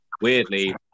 Weirdly